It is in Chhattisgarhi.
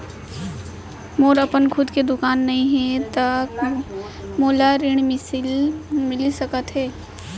मोर अपन खुद के दुकान नई हे त का मोला ऋण मिलिस सकत?